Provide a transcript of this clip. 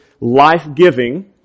life-giving